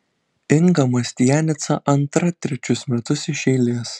inga mastianica antra trečius metus iš eilės